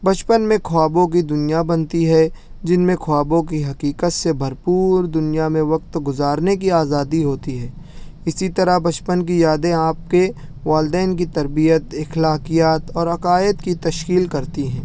بچپن میں خوابوں کی دنیا بنتی ہے جن میں خوابوں کی حقیقت سے بھرپور دنیا میں وقت گذارنے کی آزادی ہوتی ہے اسی طرح بچپن کی یادیں آپ کے والدین کی تربیت اخلاقیات اور عقائد کی تشکیل کرتی ہیں